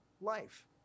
life